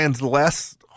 less